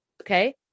Okay